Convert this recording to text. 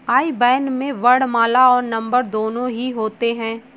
आई ban में वर्णमाला और नंबर दोनों ही होते हैं